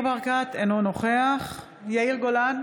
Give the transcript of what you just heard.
ניר ברקת, אינו נוכח יאיר גולן,